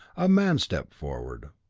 a man stepped forward,